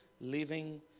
living